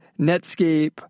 Netscape